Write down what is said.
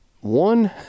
One